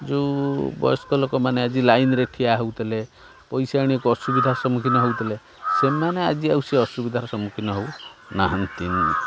ଯେଉଁ ବୟସ୍କ ଲୋକମାନେ ଆଜି ଲାଇନ୍ରେ ଠିଆ ହେଉଥିଲେ ପଇସା ଆଣିବାକୁ ଅସୁବିଧାର ସମ୍ମୁଖୀନ ହେଉଥିଲେ ସେମାନେ ଆଜି ଆଉ ସେ ଅସୁବିଧାର ସମ୍ମୁଖୀନ ହେଉନାହାଁନ୍ତି